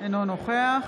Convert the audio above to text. אינו נוכח